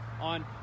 on